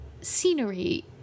scenery